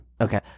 okay